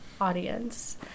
audience